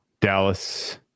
Dallas